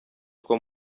two